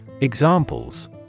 Examples